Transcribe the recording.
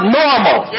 normal